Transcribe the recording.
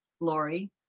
lori